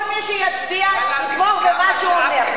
כל מי שיצביע, יתמוך במה שהוא אומר.